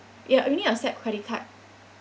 ya you only accept credit card